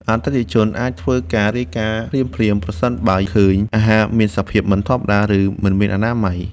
អតិថិជនអាចធ្វើការរាយការណ៍ភ្លាមៗប្រសិនបើឃើញអាហារមានសភាពមិនធម្មតា ឬមិនមានអនាម័យ។